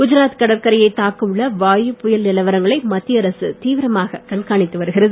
குஜராத் கடற்கரையை தாக்க உள்ள வாயு புயல் நிலவரங்களை மத்திய அரசு தீவிரமாக கண்காணித்து வருகிறது